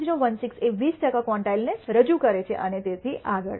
1016 એ 20 ટકા ક્વોન્ટાઇલને રજૂ કરે છે અને તેથી આગળ